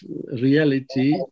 reality